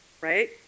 right